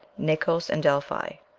naxos, and delphi.